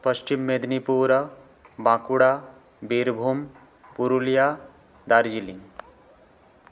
Paschim Medinipur Bankura Birbhum Purulia Darjeeling